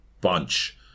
bunch